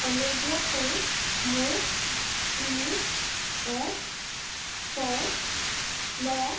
অনুগ্ৰহ কৰি মোৰ তিনি এক ছয় ন